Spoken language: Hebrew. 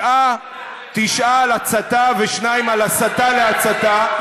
תשעה על הצתה ושניים על הסתה להצתה,